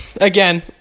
Again